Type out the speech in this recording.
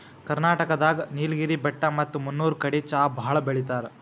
ಕರ್ನಾಟಕ್ ದಾಗ್ ನೀಲ್ಗಿರಿ ಬೆಟ್ಟ ಮತ್ತ್ ಮುನ್ನೂರ್ ಕಡಿ ಚಾ ಭಾಳ್ ಬೆಳಿತಾರ್